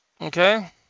Okay